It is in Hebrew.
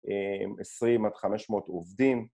עם עשרים עד חמש מאות עובדים